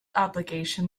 obligation